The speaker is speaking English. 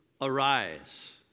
arise